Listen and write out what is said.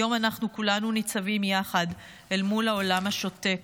היום אנחנו כולנו ניצבים יחד אל מול העולם השותק,